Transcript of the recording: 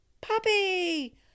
Puppy